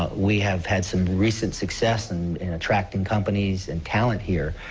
but we have had some recent success and in attracting companies and talent here